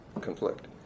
conflict